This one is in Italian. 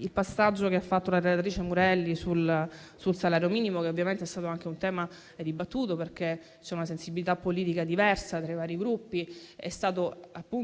al passaggio che ha fatto la relatrice Murelli sul salario minimo, ovviamente anche questo è stato un tema dibattuto, perché c'è una sensibilità politica diversa tra i vari Gruppi. È stato